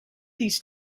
these